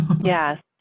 Yes